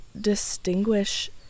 distinguish